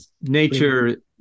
Nature